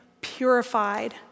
purified